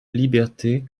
liberté